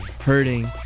hurting